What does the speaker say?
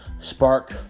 spark